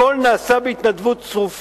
כל ארגון הפרויקט הזה נעשה בהתנדבות צרופה,